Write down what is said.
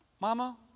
Mama